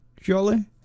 surely